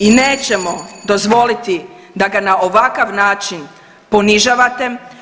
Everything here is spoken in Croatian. I nećemo dozvoliti da ga na ovakav način ponižavate.